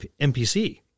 NPC